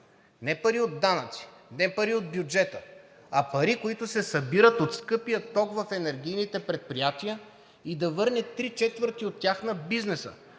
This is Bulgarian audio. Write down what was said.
Не пари от данъци, не пари от бюджета, а пари, които се събират от скъпия ток в енергийните предприятия, и да върне три четвърти от тях на бизнеса.